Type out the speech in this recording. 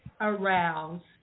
aroused